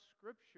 Scripture